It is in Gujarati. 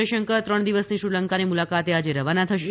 જયશંકર ત્રણ દિવસની શ્રીલંકાની મુલાકાતે આજે રવાના થશે